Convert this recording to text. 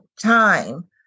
time